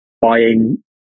buying